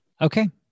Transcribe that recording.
Okay